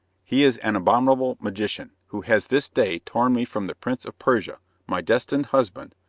he is an abominable magician, who has this day torn me from the prince of persia, my destined husband,